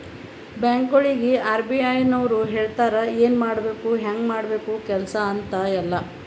ಬ್ಯಾಂಕ್ಗೊಳಿಗ್ ಆರ್.ಬಿ.ಐ ನವ್ರು ಹೇಳ್ತಾರ ಎನ್ ಮಾಡ್ಬೇಕು ಹ್ಯಾಂಗ್ ಮಾಡ್ಬೇಕು ಕೆಲ್ಸಾ ಅಂತ್ ಎಲ್ಲಾ